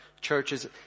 churches